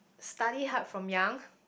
study hard from young